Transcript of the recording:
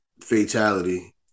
fatality